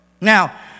Now